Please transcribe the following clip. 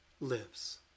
lives